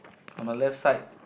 on the left side